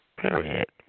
period